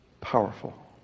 powerful